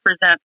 present